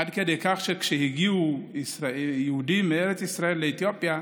עד כדי כך שכשהגיעו יהודים מארץ ישראל לאתיופיה,